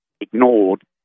ignored